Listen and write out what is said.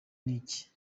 n’iki